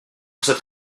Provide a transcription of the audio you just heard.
cette